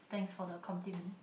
thanks for the compliment